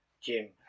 gym